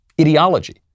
Ideology